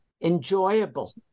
enjoyable